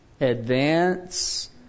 Advance